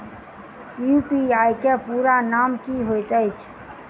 UPI केँ पूरा नाम की होइत अछि?